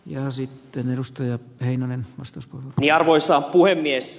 ja sitten edustaja heinonen vastus di arvoisa puhemies